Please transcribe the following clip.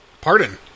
Pardon